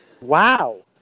Wow